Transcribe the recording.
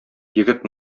егет